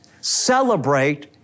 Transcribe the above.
Celebrate